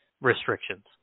restrictions